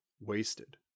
wasted